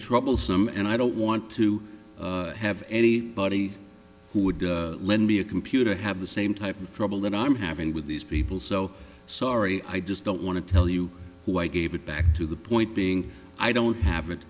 troublesome and i don't want to have any body who would lend me a computer have the same type of trouble that i'm having with these people so sorry i just don't want to tell you who i gave it back to the point being i don't have it